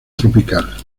tropical